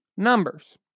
numbers